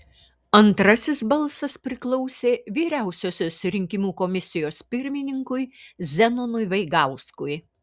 antrasis balsas priklausė vyriausiosios rinkimų komisijos pirmininkui zenonui vaigauskui